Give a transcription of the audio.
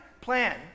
plan